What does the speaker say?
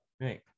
Right